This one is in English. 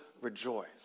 rejoice